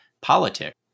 politics